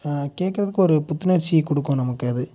கேட்கறதுக்கு ஒரு புத்துணர்ச்சியை கொடுக்கும் நமக்கு அது